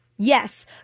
Yes